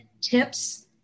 tips